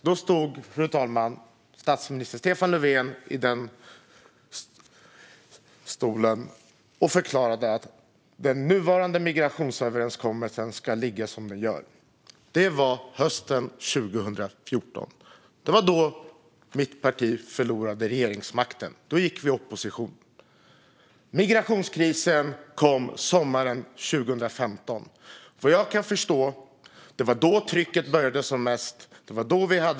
Då stod statsminister Stefan Löfven i riksdagens talarstol och förklarade att den dåvarande migrationsöverenskommelsen skulle ligga fast. Detta skedde hösten 2014. Det var då mitt parti förlorade regeringsmakten och vi gick i opposition. Migrationskrisen kom sommaren 2015. Vad jag förstår började trycket då som mest.